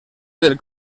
del